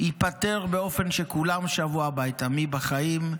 -- ייפתרו באופן שכולם שבו הביתה: מי בחיים,